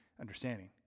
understanding